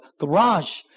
garage